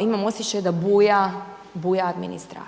imam osjećaj da buja administracija.